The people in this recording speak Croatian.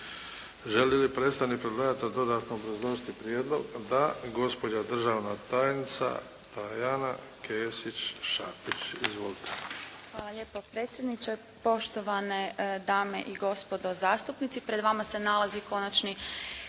Želi li predstavnik predlagatelja dodatno obrazložiti prijedlog? Da. Gospođa državna tajnica Dajana Kesić-Šakić. Izvolite. **Kesić-Šapić, Tajana** Hvala lijepa predsjedniče, poštovana dame i gospodo zastupnici, pred vama se nalazi Konačni